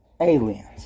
aliens